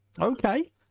Okay